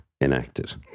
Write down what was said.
Enacted